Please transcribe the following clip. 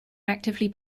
actively